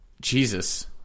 Jesus